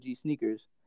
sneakers